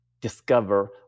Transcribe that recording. discover